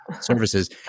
services